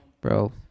bro